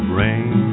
rain